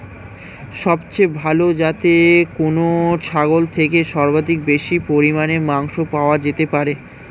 সবচেয়ে ভালো যাতে কোন ছাগল থেকে সর্বাধিক বেশি পরিমাণে মাংস পাওয়া যেতে পারে?